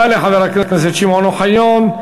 תודה לחבר הכנסת שמעון אוחיון.